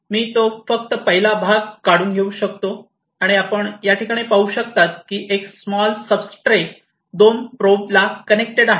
मी तो फक्त पहिला भाग काढून घेऊ शकतो आणि आपण पाहू शकता की येथे एक स्मॉल सुब्स्ट्रॅटे दोन प्रोब ला कनेक्टेड आहे